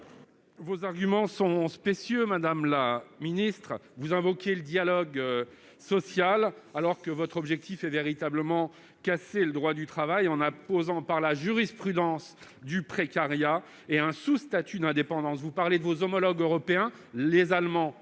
Vos arguments sont spécieux, madame la ministre. Vous invoquez le dialogue social alors que votre objectif est de casser le droit du travail en imposant du précariat par la jurisprudence et par un sous-statut d'indépendance. Vous parlez de vos homologues européens, mais l'Allemagne,